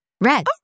Red